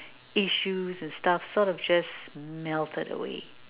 issues and stuffs sort of just melted away